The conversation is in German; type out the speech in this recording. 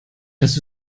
das